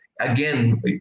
Again